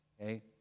okay